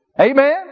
Amen